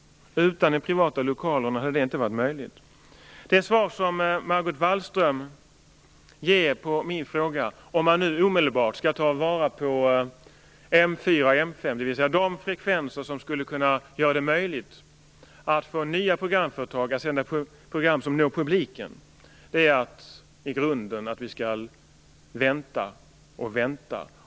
Utan den privata lokalradion hade detta inte varit möjligt. Det svar som Margot Wallström ger på min fråga om man nu omedelbart skall ta vara på M 4 och M 5, dvs. de frekvenser som skulle kunna göra det möjligt att få nya programföretag att sända program som når publiken, är i grunden att vi skall vänta och vänta.